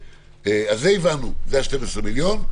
אז את זה הבנו, זה ה-12 מיליון.